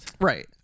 Right